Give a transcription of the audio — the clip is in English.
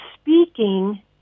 speaking